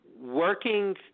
working